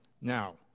Now